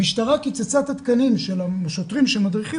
המשטרה קיצצה את התקנים של השוטרים שמדריכים